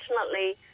unfortunately